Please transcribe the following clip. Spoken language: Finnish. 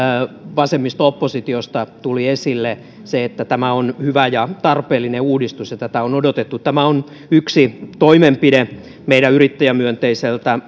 vasemmisto oppositiosta tuli esille tämä on hyvä ja tarpeellinen uudistus ja tätä on odotettu tämä on yksi toimenpide meidän yrittäjämyönteiseltä